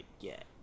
get